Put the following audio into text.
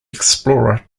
explorer